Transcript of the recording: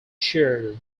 shared